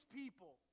people